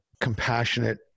compassionate